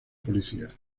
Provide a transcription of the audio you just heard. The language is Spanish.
policías